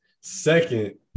second